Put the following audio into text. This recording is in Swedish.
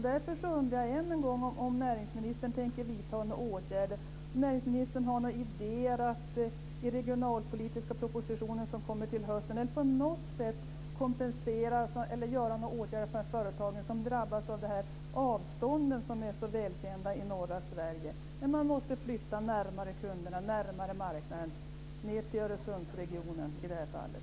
Därför undrar jag än en gång om näringsministern tänker vidta några åtgärder, om näringsministern har några idéer i den regionalpolitiska propositionen som kommer till hösten. Jag undrar om han på något sätt tänker kompensera eller vidta några åtgärder för de företag som drabbas av avstånden som är så välkända i norra Sverige. Man måste flytta närmare kunderna, närmare marknaden, ned till Öresundsregionen i det här fallet.